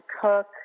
cook